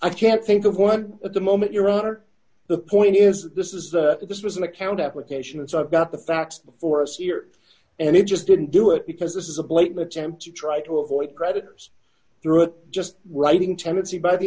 i can't think of one at the moment your honor the point is this is this was an account application and so i got the facts for us here and it just didn't do it because this is a blatant attempt to try to avoid creditors through it just writing tenancy b